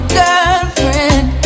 girlfriend